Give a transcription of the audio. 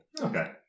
Okay